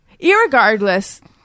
Irregardless